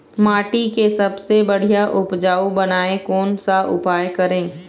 माटी के सबसे बढ़िया उपजाऊ बनाए कोन सा उपाय करें?